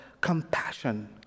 compassion